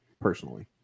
personally